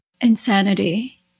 insanity